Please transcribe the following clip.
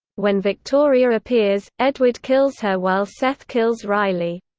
when victoria appears, edward kills her while seth kills riley.